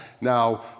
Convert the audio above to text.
Now